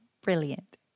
Brilliant